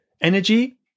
energy